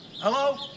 Hello